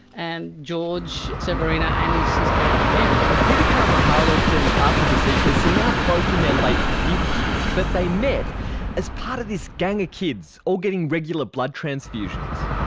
and george severina and his sister mary. peter karamihalis and arthur bozikas are now both in their late fifty s, but they met as part of this gang of kids all getting regular blood transfusions.